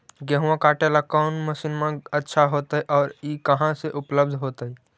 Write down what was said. गेहुआ काटेला कौन मशीनमा अच्छा होतई और ई कहा से उपल्ब्ध होतई?